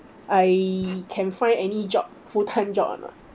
I can find any job full time job or not